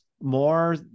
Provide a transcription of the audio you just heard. more